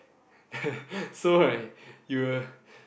so right you will